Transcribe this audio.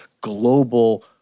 global